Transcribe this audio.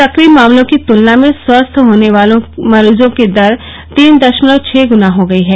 सक्रिय मामलों की तुलना में स्वस्थ होने वाले मरीजों की दर तीन दशमलव छह गुणा हो गई है